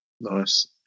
Nice